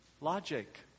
logic